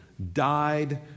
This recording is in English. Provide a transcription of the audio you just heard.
died